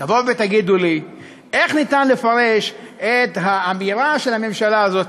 תבואו ותגידו לי איך אפשר לפרש את האמירה של הממשלה הזאת,